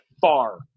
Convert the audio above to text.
far